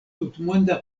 tutmonda